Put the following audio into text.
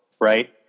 right